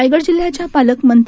रायगड जिल्याच्या पालकमंत्री